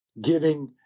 giving